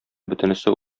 бөтенесе